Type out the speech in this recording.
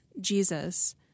Jesus